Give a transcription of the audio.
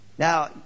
Now